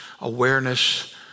awareness